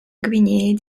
guinea